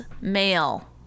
male